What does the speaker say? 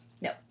No